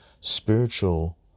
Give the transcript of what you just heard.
spiritual